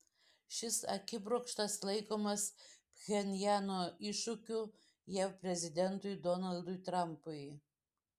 šis akibrokštas laikomas pchenjano iššūkiu jav prezidentui donaldui trampui